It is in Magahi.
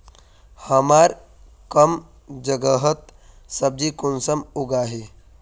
हमार कम जगहत सब्जी कुंसम उगाही?